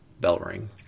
Bellring